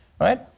right